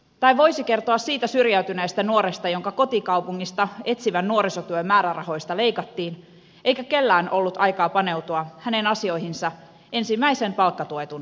tai voisi kertoa siitä syrjäytyneestä nuoresta jonka kotikaupungissa etsivän nuorisotyön määrärahoista leikattiin eikä kellään ollut aikaa paneutua hänen asioihinsa ensimmäisen palkkatuetun työpätkän jälkeen